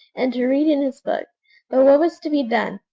and to read in his book but what was to be done?